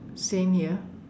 same here